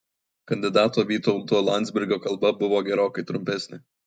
kandidato vytauto landsbergio kalba buvo gerokai trumpesnė